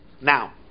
Now